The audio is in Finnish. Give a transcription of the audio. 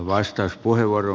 kiitos